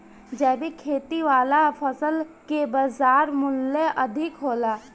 जैविक खेती वाला फसल के बाजार मूल्य अधिक होला